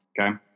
Okay